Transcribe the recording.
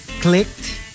clicked